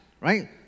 right